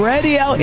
Radio